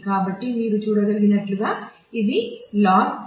కాబట్టి మీరు చూడగలిగినట్లుగా ఇది log n 2